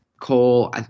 Cole